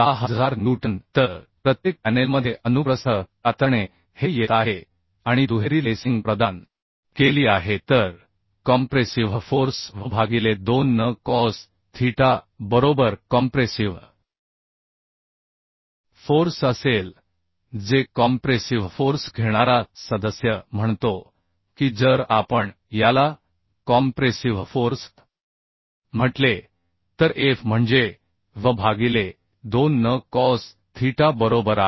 10000 newton तर प्रत्येक पॅनेलमध्ये अनुप्रस्थ कातरणे हे येत आहे आणि दुहेरी लेसिंग प्रदान केली आहे तर कॉम्प्रेसिव्ह फोर्स V भागिले 2 N कॉस थीटा बरोबर कॉम्प्रेसिव्ह फोर्स असेल जे कॉम्प्रेसिव्ह फोर्स घेणारा सदस्य म्हणतो की जर आपण याला कॉम्प्रेसिव्ह फोर्स म्हटले तर F म्हणजे V भागिले 2 N कॉस थीटा बरोबर आहे